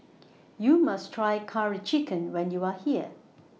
YOU must Try Curry Chicken when YOU Are here